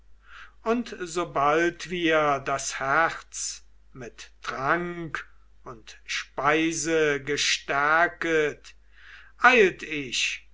und sobald wir das herz mit trank und speise gestärket eilt ich